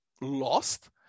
lost